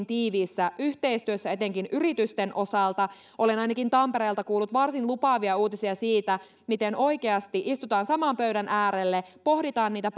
tiiviissä yhteistyössä etenkin yritysten osalta olen ainakin tampereelta kuullut varsin lupaavia uutisia siitä miten oikeasti istutaan saman pöydän äärelle pohditaan niitä